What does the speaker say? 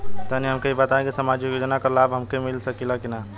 तनि हमके इ बताईं की सामाजिक योजना क लाभ हमके मिल सकेला की ना?